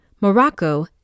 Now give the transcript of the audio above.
Morocco